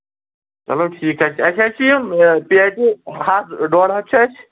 چلو ٹھیٖک حظ چھِ اَسہِ حظ چھِ یِم پیٹہِ ہَتھ ڈۄڈ ہَتھ چھِ اَسہِ